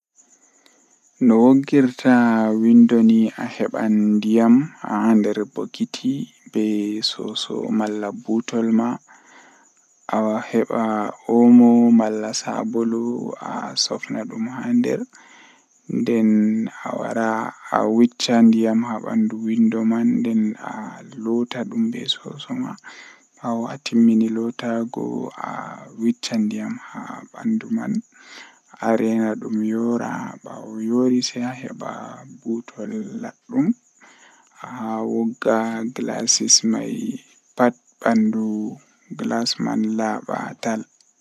Waawugol ko ɗi njogordi ɗi heɓde tagɗungol e laawol, Sabu ɗum njikataaɗo waɗde heɓde waɗde fota ko ɗi ngoodi e aduna. Ko wadi toɓɓe woni e jammaaji ɗi ngal, Kaɗi waawataa njogordal konngol naatude aduna kaɗi ngal. Kono ɗum njogitaa heɓde heɓre e semmbugol waɗi ko a ɗum sooytaa, Kadi waɗata e waɗal njikataaɗo goɗɗum.